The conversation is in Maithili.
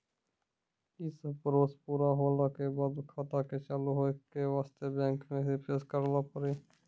यी सब प्रोसेस पुरा होला के बाद खाता के चालू हो के वास्ते बैंक मे रिफ्रेश करैला पड़ी?